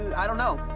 i don't know,